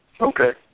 Okay